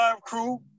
crew